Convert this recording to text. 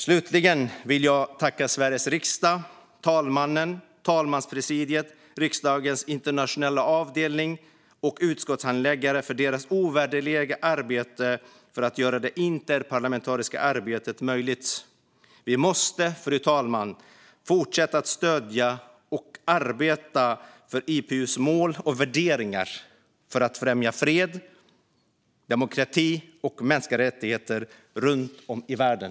Slutligen vill jag tacka Sveriges riksdag, talmannen, talmanspresidiet, riksdagens internationella avdelning och utskottshandläggare för deras ovärderliga arbete för att göra det interparlamentariska arbetet möjligt. Vi måste fortsätta att stödja och arbeta för IPU:s mål och värderingar för att främja fred, demokrati och mänskliga rättigheter runt om i världen.